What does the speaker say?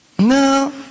No